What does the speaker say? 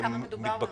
בכמה מדובר?